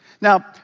Now